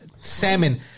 Salmon